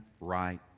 right